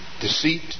deceit